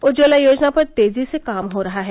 उज्ज्वला योजना पर तेजी से काम हो रहा है